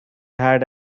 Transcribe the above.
had